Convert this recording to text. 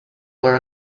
were